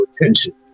Attention